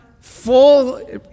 full